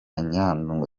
nyandungu